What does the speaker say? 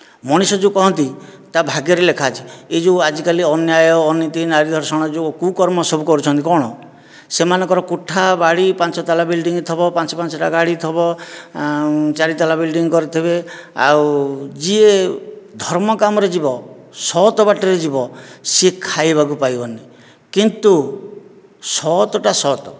ମଣିଷ ଯେଉଁ କହନ୍ତି ତା ଭାଗ୍ୟରେ ଲେଖା ଅଛି ଏ ଯେଉଁ ଆଜିକାଲି ଅନ୍ୟାୟ ଅନୀତି ନାରୀ ଧର୍ଷଣ ଯେଉଁ କୁକର୍ମ ସବୁ କରୁଛନ୍ତି କ'ଣ ସେମାନଙ୍କର କୁଠା ବାଡ଼ି ପାଞ୍ଚ ତାଲା ବିଲଡ଼ିଙ୍ଗ ଥିବ ପାଞ୍ଚ ପାଞ୍ଚଟା ଗାଡ଼ି ଥିବ ଚାରି ତାଲା ବିଲଡ଼ିଙ୍ଗ କରିଥିବେ ଆଉ ଯିଏ ଧର୍ମ କାମରେ ଯିବ ସତ ବାଟରେ ଯିବ ସେ ଖାଇବାକୁ ପାଇବନି କିନ୍ତୁ ସତଟା ସତ